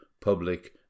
public